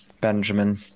Benjamin